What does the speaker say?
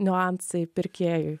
niuansai pirkėjui